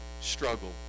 struggle